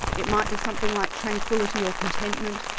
it might be something like tranquility, or contentment,